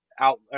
out